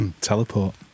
Teleport